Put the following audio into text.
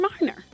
minor